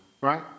right